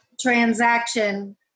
transaction